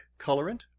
colorant